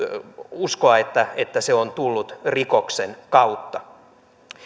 uskoa että että se on tullut rikoksen kautta